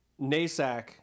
NASAC